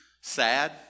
sad